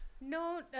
No